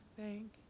thank